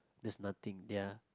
there's nothing ya